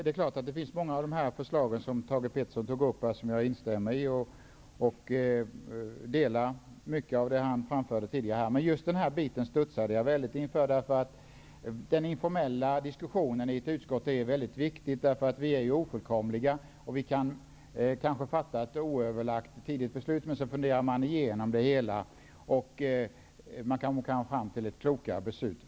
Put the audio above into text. Herr talman! Jag instämmer i många av de förslag som Thage G. Peterson tog upp tidigare, men just den här frågan studsade jag till inför. Den informella diskussionen i ett utskott är mycket viktig. Vi är ofullkomliga, och vi kanske kan fatta ett oöverlagt beslut. När man sedan funderar igenom frågan kan man förhoppningsvis komma fram till ett klokare beslut.